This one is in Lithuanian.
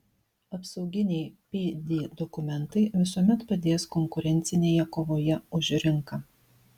apsauginiai pd dokumentai visuomet padės konkurencinėje kovoje už rinką